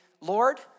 Lord